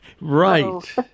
Right